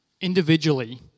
individually